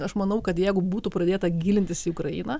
aš manau kad jeigu būtų pradėta gilintis į ukrainą